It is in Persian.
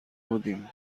بودیم